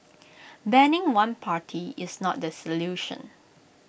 banning one party is not the solution